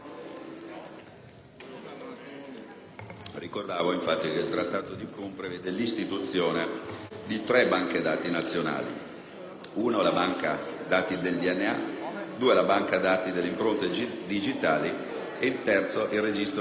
Ricordavo che il Trattato di Prum prevede l'istituzione di tre banche dati nazionali: la banca dati del DNA, la banca dati delle impronte digitali e il registro di immatricolazione dei veicoli.